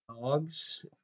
Dogs